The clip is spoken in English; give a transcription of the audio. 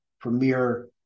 premier